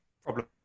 Problem